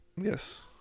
Yes